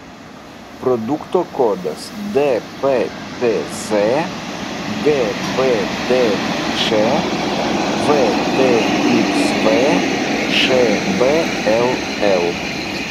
produkto kodas dpcz gbdč vtxv šbll